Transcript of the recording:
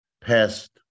past